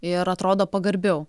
ir atrodo pagarbiau